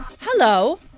Hello